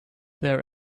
their